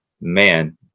Man